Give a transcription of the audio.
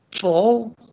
full